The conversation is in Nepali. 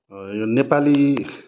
र यो नेपाली